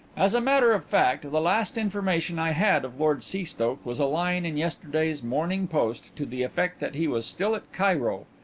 as a matter of fact, the last information i had of lord seastoke was a line in yesterday's morning post to the effect that he was still at cairo.